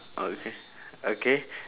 okay okay